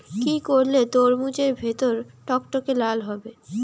কি করলে তরমুজ এর ভেতর টকটকে লাল হবে?